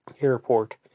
airport